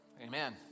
Amen